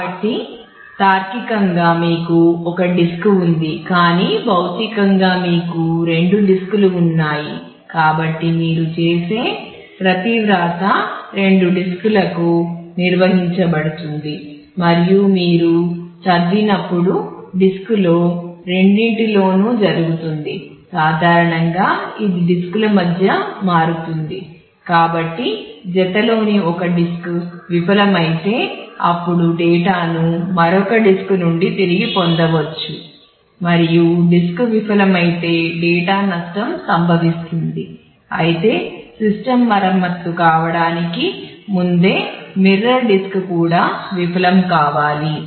కాబట్టి తార్కికంగా మీకు ఒక డిస్క్ కూడా విఫలం కావాలి